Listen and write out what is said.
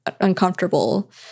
uncomfortable